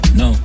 no